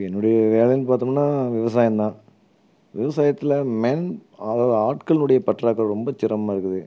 என்னுடைய வேலைன்னு பார்த்தோமுன்னா விவசாயந்தான் விவசாயத்தில் மென் ஆட்களுடைய பற்றாக்குறை ரொம்ப சிரமமாக இருக்குது